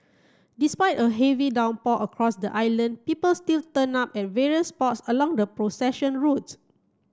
despite a heavy downpour across the island people still turn up at various spots along the procession route